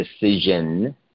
decision